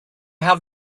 have